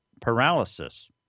paralysis